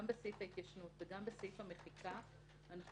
גם בסעיף ההתיישנות וגם בסעיף המחיקה אנחנו